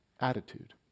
attitude